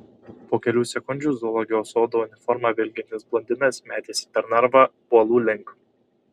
po kelių sekundžių zoologijos sodo uniforma vilkintis blondinas metėsi per narvą uolų link